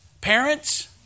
Parents